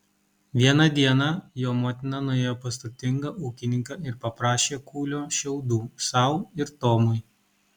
vieną dieną jo motina nuėjo pas turtingą ūkininką ir paprašė kūlio šiaudų sau ir tomui